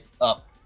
up